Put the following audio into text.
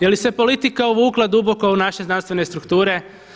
Je li se politika uvukla duboko u naše znanstvene strukture?